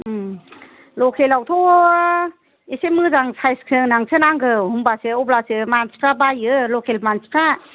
लकेल आवथ' एसे मोजां साइज गोनांसो नांगौ होनब्लासो अब्लासो मानसिफोरा बायो लकेल मानसिफोरा